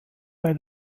bei